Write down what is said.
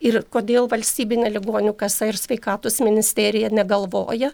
ir kodėl valstybinė ligonių kasa ir sveikatos ministerija negalvoja